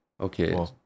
Okay